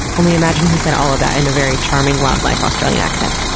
only imagine he said all of that in a very charming wildlife australian accent.